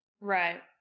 right